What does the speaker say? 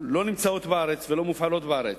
לא נמצאות בארץ ולא מופעלות בארץ.